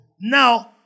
Now